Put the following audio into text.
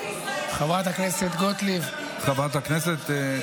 גוטליב, די.